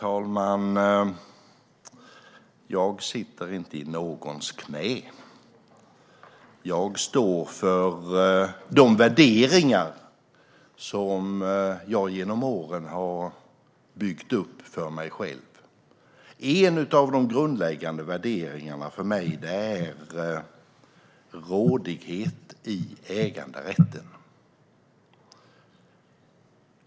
Herr talman! Jag sitter inte i någons knä. Jag står för de värderingar som jag genom åren har byggt upp för mig själv. En av de grundläggande värderingarna för mig är rådighet i äganderätten.